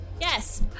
Yes